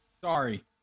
sorry